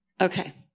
Okay